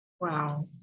Wow